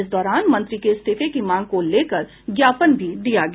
इस दौरान मंत्री के इस्तीफे की मांग को लेकर ज्ञापन भी दिया गया